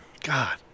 God